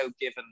given